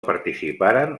participaren